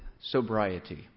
sobriety